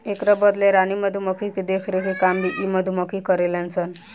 एकरा बदले रानी मधुमक्खी के देखरेख के काम भी इ मधुमक्खी करेले सन